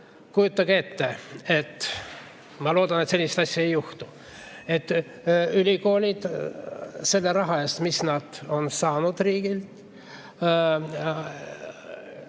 Kujutage ette – ma loodan, et sellist asja ei juhtu –, et ülikoolid selle raha eest, mis nad on saanud riigilt,